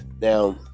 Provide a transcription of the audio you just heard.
now